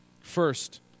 First